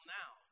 now